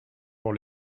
pour